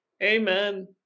Amen